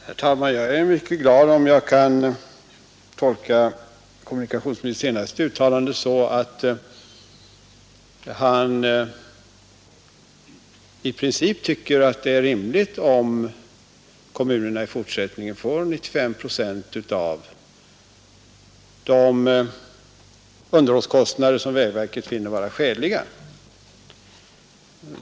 Herr talman! Jag är mycket glad om jag kan tolka kommunikationsministerns senaste uttalande så att han i princip tycker att det är rimligt, att kommunerna i fortsättningen får 95 procent av de underhållskostnader som vägverket finner vara skäliga.